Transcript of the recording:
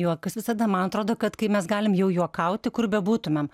juokas visada man atrodo kad kai mes galim jau juokauti kur bebūtumėm